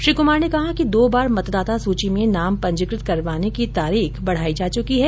श्री कुमार ने कहा कि दो बार मतदाता सूची में नाम पंजीकृत करवाने की तारीख बढाई जा चुकी है